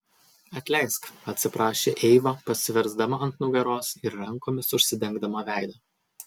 atleisk atsiprašė eiva pasiversdama ant nugaros ir rankomis užsidengdama veidą